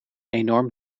enorm